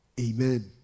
Amen